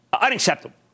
Unacceptable